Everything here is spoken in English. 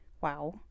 Wow